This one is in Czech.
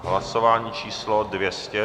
Hlasování číslo 200.